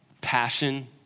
passion